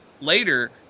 later